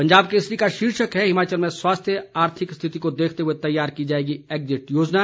पंजाब केसरी का शीर्षक है हिमाचल में स्वास्थ्य आर्थिक स्थिति को देखते हुए तैयार की जाएगी एग्जिट योजना